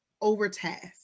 overtasked